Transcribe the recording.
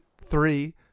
three